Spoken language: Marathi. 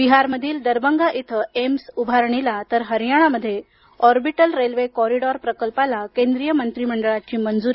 बिहारमधील दरभंगा इथं एम्स उभारणीला तर हरियाणामध्ये ऑरबिटल रेल्वे कॉरिडॉर प्रकल्पाला केंद्रीय मंत्रीमंडळाची मंजुरी